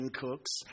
cooks